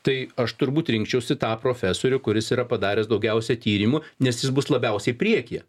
tai aš turbūt rinkčiausi tą profesorių kuris yra padaręs daugiausia tyrimų nes jis bus labiausiai priekyje